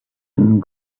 and